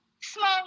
Small